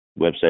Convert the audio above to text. Website